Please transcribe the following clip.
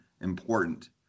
important